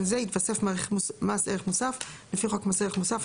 זה יתווסף מס ערך מוסף לפי חוק מס ערך מוסף,